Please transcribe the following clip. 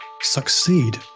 succeed